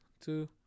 two